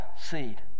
seed